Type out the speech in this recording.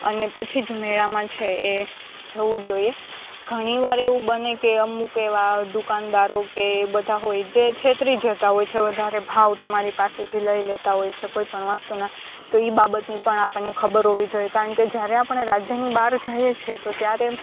અને પછી જ મેળામાં છે એ જવું જોઈએ ઘણી વાર એવું બને કે અમુક એવા દુકાનદારો કે એ બધા હોય જે છેતરી જતા હોય છે વધારે ભાવ તમારી પાસેથી લઈ લેતા હોય છે કોઈ પણ વસ્તુના તો એ બાબતની પણ આપણને ખબર હોવી જોઈએ કારણ કે જ્યારે આપણે રાજ્યની બહાર જઈએ છીએ તો ત્યારે